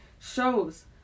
Shows